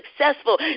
successful